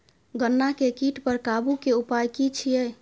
गन्ना के कीट पर काबू के उपाय की छिये?